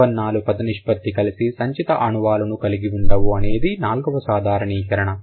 ఉత్పన్నాలు పద నిష్పత్తి కలిసి సంచిత ఆనవాలును కలిగి ఉండవు అనేది నాలుగవ సాధారణీకరణ